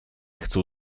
chcą